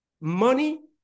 money